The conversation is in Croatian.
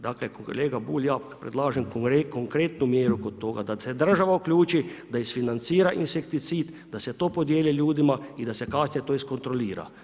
Dakle kolega Bulj ja predlažem konkretnu mjeru kod toga da se država uključi, da isfinancira insekticid, da se to podijeli ljudima i da se kasnije to iskontrolira.